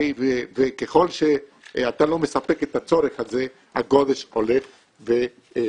ככל שאתה לא מספק את הצורך הזה הגודש הולך וגובר.